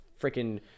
freaking